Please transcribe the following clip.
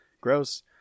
gross